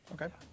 Okay